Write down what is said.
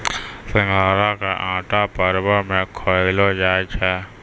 सिघाड़ा के आटा परवो मे खयलो जाय छै